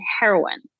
heroin